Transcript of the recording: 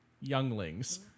Younglings